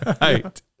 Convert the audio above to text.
right